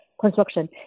construction